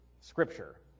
scripture